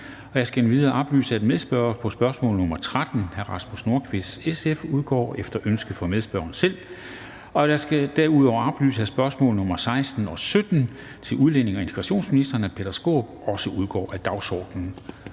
Jeg skal endvidere oplyse, at medspørger på spørgsmål nr. 13 (spm. nr. S 1205), hr. Rasmus Nordqvist (SF), udgår efter ønske fra medspørgeren selv. Jeg skal derudover oplyse, at spørgsmål nr. 16 og 17 (spm. nr. S 1242 og S 1243) til udlændinge- og integrationsministeren af Peter Skaarup også udgår af dagsordenen.